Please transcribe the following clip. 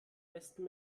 besten